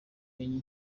menya